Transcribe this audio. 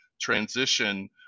transition